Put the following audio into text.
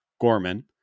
Gorman